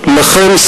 לכם,